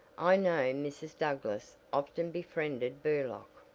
i know mrs. douglass often befriended burlock.